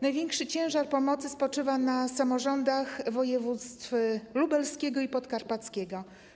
Największy ciężar pomocy spoczywa na samorządach województw lubelskiego i podkarpackiego.